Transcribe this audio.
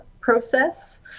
process